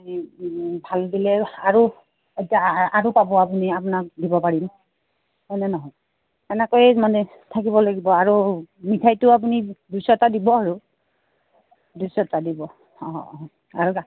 ভাল দিলে আৰু এতিয়া আৰু পাব আপুনি আপোনাক দিব পাৰিম হয়নে নহয় এনেকৈয়ে মানে থাকিব লাগিব আৰু মিঠাইটো আপুনি দুইশটা দিব আৰু দুইশটা দিব অঁ অঁ আৰু